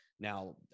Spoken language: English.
Now